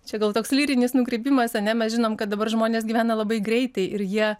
čia gal toks lyrinis nukrypimas ar ne mes žinom kad dabar žmonės gyvena labai greitai ir jie